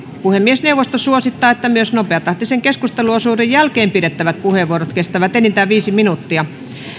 puhemiesneuvosto suosittaa että myös nopeatahtisen keskusteluosuuden jälkeen pidettävät puheenvuorot kestävät enintään viisi minuuttia